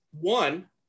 One